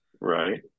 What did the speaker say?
Right